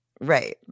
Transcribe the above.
right